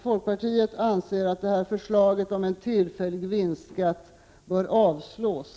Folkpartiet anser att förslaget om en tillfällig vinstskatt bör avslås.